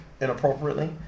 inappropriately